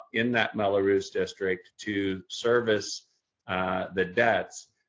in that mello-roos district to service the debts.